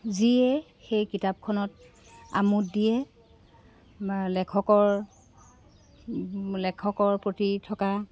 যিয়ে সেই কিতাপখনত আমোদ দিয়ে বা লেখকৰ লেখকৰ প্ৰতি থকা